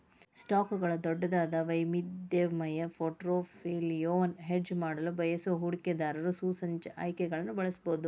ಸ್ಟಾಕ್ಗಳ ದೊಡ್ಡದಾದ, ವೈವಿಧ್ಯಮಯ ಪೋರ್ಟ್ಫೋಲಿಯೊವನ್ನು ಹೆಡ್ಜ್ ಮಾಡಲು ಬಯಸುವ ಹೂಡಿಕೆದಾರರು ಸೂಚ್ಯಂಕ ಆಯ್ಕೆಗಳನ್ನು ಬಳಸಬಹುದು